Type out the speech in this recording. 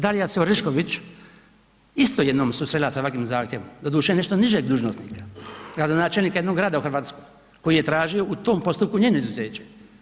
Dalija se Orešković isto jednom susrela sa ovakvim zahtjevom, doduše nešto nižeg dužnosnika, gradonačelnika jednog grada u Hrvatskoj koji je tražio u tom postupku njeno izuzeće.